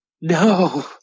No